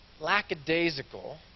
lackadaisical